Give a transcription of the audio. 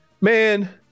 man